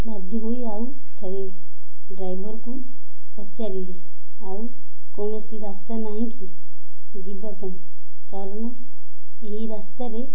ବାଧ୍ୟ ହୋଇ ଆଉ ଥରେ ଡ୍ରାଇଭରକୁ ପଚାରିଲି ଆଉ କୌଣସି ରାସ୍ତା ନାହିଁକି ଯିବା ପାଇଁ କାରଣ ଏଇ ରାସ୍ତାରେ